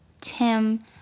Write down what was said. Tim